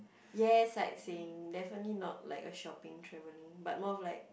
yes sightseeing definitely not like a shopping traveling but more of like